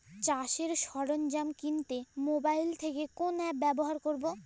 চাষের সরঞ্জাম কিনতে মোবাইল থেকে কোন অ্যাপ ব্যাবহার করব?